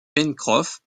pencroff